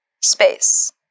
space